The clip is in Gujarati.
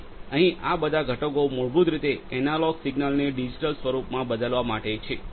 તેથી અહીં આ બધા ઘટકો મૂળભૂત રીતે એનાલોગ સંકેતસિગ્નલને ડિજિટલ સ્વરૂપમાં બદલવા માટે છે